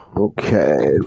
Okay